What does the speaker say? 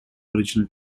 original